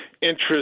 interest